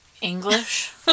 English